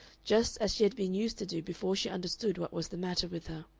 just as she had been used to do before she understood what was the matter with her.